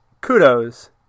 kudos